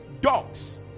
dogs